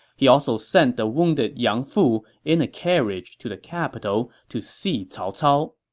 he also sent the wounded yang fu in a carriage to the capital to see cao cao.